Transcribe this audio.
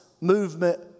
movement